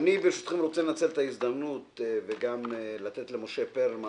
לנצל את ההזדמנות וגם לתת למשה פרלמן,